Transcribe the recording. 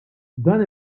dan